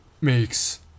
Makes